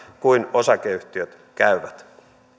kuin osakeyhtiöt esimerkiksi osuuskunnat käyvät